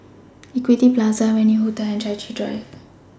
Equity Plaza Venue Hotel and Chai Chee Drive